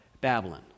Babylon